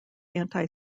anti